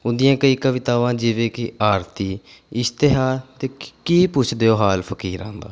ਉਨ੍ਹਾਂ ਦੀਆਂ ਕਈ ਕਵਿਤਾਵਾਂ ਜਿਵੇਂ ਕਿ ਆਰਤੀ ਇਸ਼ਤਿਹਾਰ ਅਤੇ ਕੀ ਪੁੱਛਦੇ ਹੋ ਹਾਲ ਫਕੀਰਾਂ ਦਾ